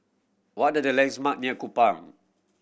what are the landmarks near Kupang